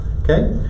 Okay